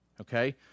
okay